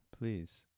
Please